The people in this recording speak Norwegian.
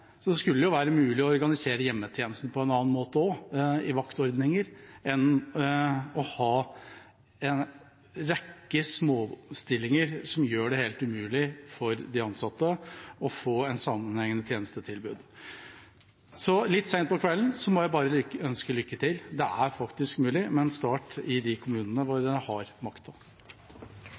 Så det skulle være mulig å organisere hjemmetjenesten på en annen måte også, i vaktordninger, heller enn å ha en rekke småstillinger som gjør det helt umulig for de ansatte å få til et sammenhengende tjenestetilbud. Så – litt sent på kvelden – jeg må bare ønske lykke til. Det er faktisk mulig, men start i de kommunene hvor en har makta.